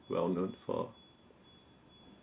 well known for